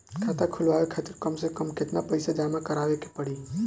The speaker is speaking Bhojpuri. खाता खुलवाये खातिर कम से कम केतना पईसा जमा काराये के पड़ी?